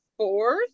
Fourth